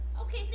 Okay